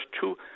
two